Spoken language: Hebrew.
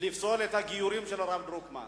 לפסול את הגיורים של הרב דרוקמן.